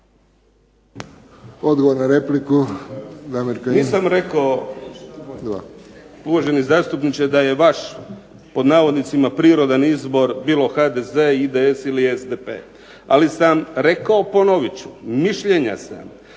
Odgovor na repliku,